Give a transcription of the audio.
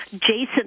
Jason